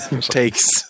Takes